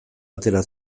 atera